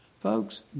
Folks